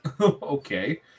Okay